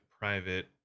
private